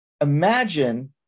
imagine